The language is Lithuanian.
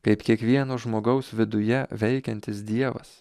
kaip kiekvieno žmogaus viduje veikiantis dievas